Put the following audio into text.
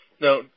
Now